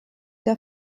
der